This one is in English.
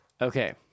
Okay